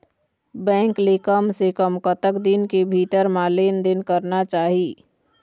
Bank ले कम से कम कतक दिन के भीतर मा लेन देन करना चाही?